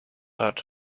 hat